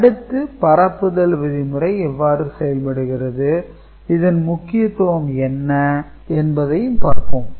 அடுத்து பரப்புதல் விதிமுறை எவ்வாறு செயல்படுகிறது இதன் முக்கியத்துவம் என்ன என்பதையும் பார்ப்போம்